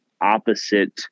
opposite